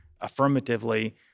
affirmatively